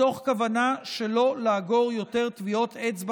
מתוך כוונה שלא לאגור יותר טביעות אצבע